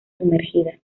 sumergida